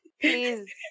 please